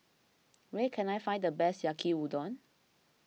where can I find the best Yaki Udon